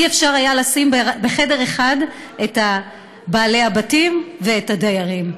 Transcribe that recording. לא היה אפשר לשים בחדר אחד את בעלי הבתים ואת הדיירים,